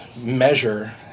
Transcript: measure